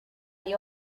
you